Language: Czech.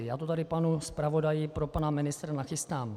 Já to tady panu zpravodaji pro pana ministra nachystám.